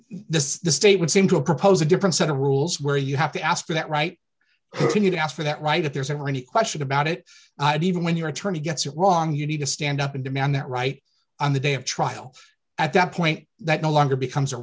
is the state would seem to propose a different set of rules where you have to ask for that right can you to ask for that right if there's ever any question about it and even when your attorney gets it wrong you need to stand up and demand that right on the day of trial at that point that no longer becomes a